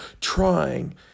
Trying